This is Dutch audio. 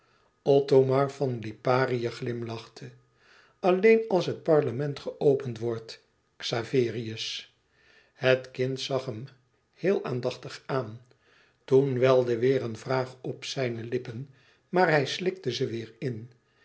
othomar van liparië glimlachte alleen als het parlement geopend wordt xaverius het kind zag hem heel aandachtig aan toen welde weêr een vraag op zijne lippen maar hij slikte ze weêr in